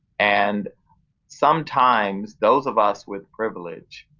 and sometimes those of us with privilege